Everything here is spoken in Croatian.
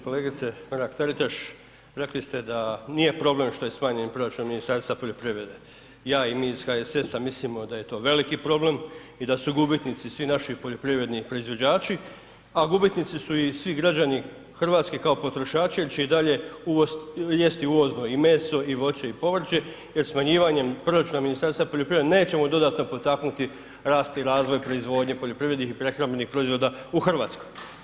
Kolegice Mrak Taritaš, rekli ste da nije problem što je smanjen proračun Ministarstva poljoprivrede, ja i mi iz HSS-a mislimo da je to veliki problem i da su gubitnici svi naši poljoprivredni proizvođači, a gubitnici su i svi građani RH kao potrošači jel će i dalje jesti uvozno i meso i voće i povrće jer smanjivanjem proračuna Ministarstva poljoprivrede nećemo dodatno potaknuti rast i razvoj proizvodnje poljoprivrednih i prehrambenih proizvoda u RH.